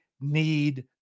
need